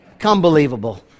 unbelievable